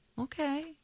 Okay